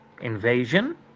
invasion